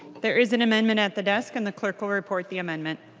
there is an amendment at the desk. and the clerk will report the amendment.